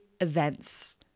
events